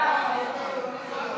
ההצעה להעביר את